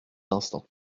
instant